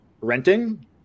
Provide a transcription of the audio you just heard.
renting